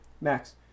Max